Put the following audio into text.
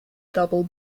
double